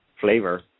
flavor